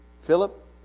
Philip